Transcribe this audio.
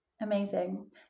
Amazing